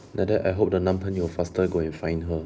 like that I hope the 男朋友 faster go and find her